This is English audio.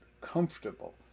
comfortable